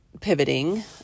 pivoting